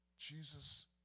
Jesus